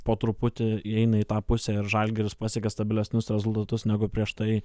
po truputį įeina į tą pusę ir žalgiris pasiekia stabilesnius rezultatus negu prieš tai